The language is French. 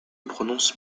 prononce